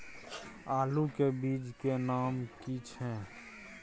आलू के बीज के नाम की छै?